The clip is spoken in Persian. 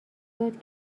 یاد